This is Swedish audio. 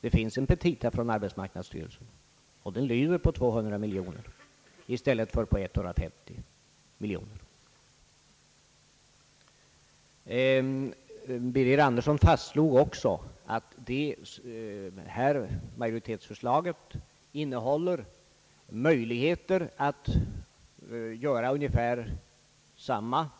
Det finns ett petitum från arbetsmarknadsstyrelsen. Det lyder på 200 miljoner kronor i stället för på 150 miljoner. Herr Birger Andersson fastslog också att majoritetsförslaget innehåller möjligheter att göra ungefär samma